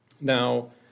Now